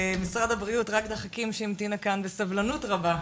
משרד הבריאות רגדה חכים שהמתינה כאן בסבלנות רבה,